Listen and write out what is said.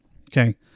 Okay